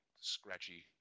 scratchy